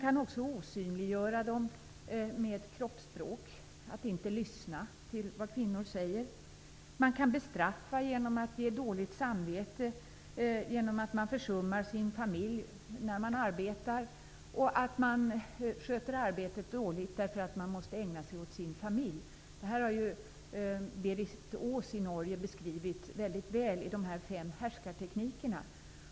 Det går också att osynliggöra kvinnorna med hjälp av kroppsspråket, t.ex. att inte lyssna på vad kvinnor säger. Man kan bestraffa genom att ge dåligt samvete, t.ex. att familjen försummas när kvinnan arbetar eller att arbetet sköts dåligt på grund av att kvinnan måste ägna sig åt sin familj. Berit Ås i Norge har beskrivit detta väldigt väl i de fem s.k. härskarteknikerna.